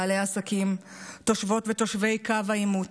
בעלי העסקים, תושבות ותושבי קו העימות.